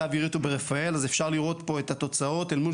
אווירית ורפאל אז אפשר לראות פה את התוצאות אל מול